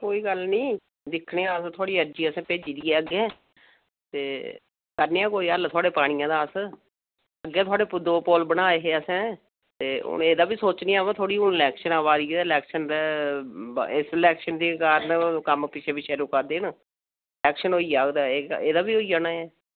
कोई गल्ल निं दिक्खने आं थुआढ़ी अर्जी असें भेजी दी अग्गें ते करने आं कोई हल्ल थुआढ़े पानियां दा अस अग्गें थुपआढ़े दौ पुल बनाये हे असें हून एह्दा बी सोचने आं बा हून थोह्ड़ी इलेक्शन आवा दी ऐ इस इलेक्शन द कारण कम्म पिच्छें पिच्छें रुका दे न इलेक्शन होई जाह्ग ते एह्दा बी होई जाना ऐ